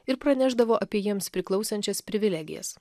ir pranešdavo apie jiems priklausančias privilegijas